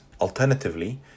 Alternatively